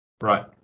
Right